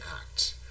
Act